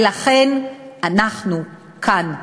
ולכן אנחנו כאן,